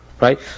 Right